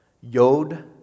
Yod